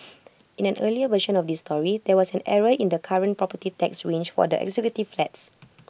in an earlier version of this story there was an error in the current property tax range for executive flats